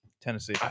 Tennessee